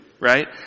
right